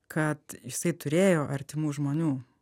kad jisai turėjo artimų žmonių